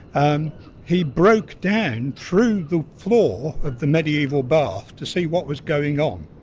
um he broke down through the floor of the medieval bath to see what was going on.